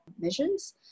measures